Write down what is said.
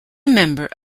member